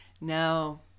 No